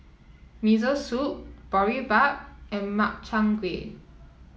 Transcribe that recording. Miso Soup Boribap and Makchang Gui